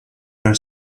are